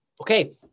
Okay